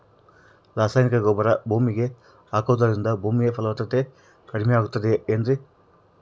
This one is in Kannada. ರಾಸಾಯನಿಕ ಗೊಬ್ಬರ ಭೂಮಿಗೆ ಹಾಕುವುದರಿಂದ ಭೂಮಿಯ ಫಲವತ್ತತೆ ಕಡಿಮೆಯಾಗುತ್ತದೆ ಏನ್ರಿ?